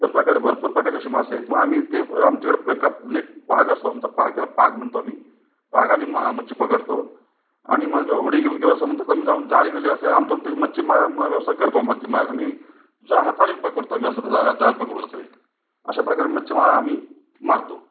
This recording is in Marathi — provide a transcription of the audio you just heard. इतर प्रकार भरपूर प्रकारचे असे मासे आहेत मग आम्ही ते आमच्याकडे एका नेट पागा असतो आमचा पाग त्याला पाग म्हणतो आम्ही पागाने मग मच्छी पकडतो आणि मग होडी घेऊन किंवा समुद्रात आम्ही जाऊन जाळी बेले असे आणतो ते मच्छी मा मग व्यवसाय करतो मच्छीमार आम्ही जा हाताने पकडतो मासा त्याचा जाळं पकडून असं आहे अशा प्रकारे मच्छी मग आम्ही मारतो